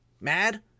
mad